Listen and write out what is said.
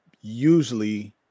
usually